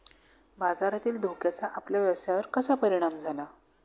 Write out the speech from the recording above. बाजारातील धोक्याचा आपल्या व्यवसायावर कसा परिणाम झाला?